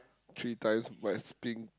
three times by spring